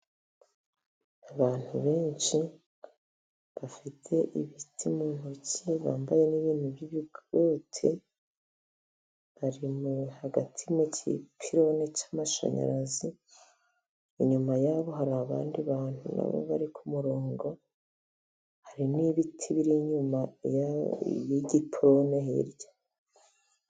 Abantu benshi bafite ibiti mu ntoki bambaye n'ibintu by'ibikoti bari hagati munsi y'ipironi y'amashanyarazi. Inyuma yabo ,hari abandi bantu nabo bari kumurongo hari n' ibiti biri inyuma y'ipironi hirya.